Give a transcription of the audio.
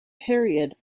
period